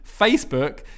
Facebook